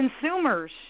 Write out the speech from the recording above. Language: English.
consumers